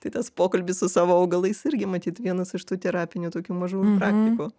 tai tas pokalbis su savo augalais irgi matyt vienas iš tų terapinių tokių mažų praktikų